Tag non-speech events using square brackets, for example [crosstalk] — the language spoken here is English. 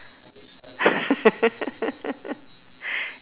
[laughs]